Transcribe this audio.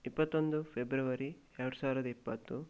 ಇಪ್ಪತ್ತೊಂದು ಫೆಬ್ರವರಿ ಎರಡು ಸಾವಿರದ ಇಪ್ಪತ್ತು